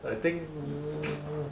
I think